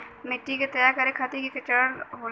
मिट्टी के तैयार करें खातिर के चरण होला?